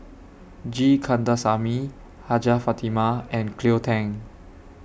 G Kandasamy Hajjah Fatimah and Cleo Thang